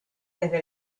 desde